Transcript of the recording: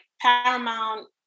Paramount